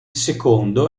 secondo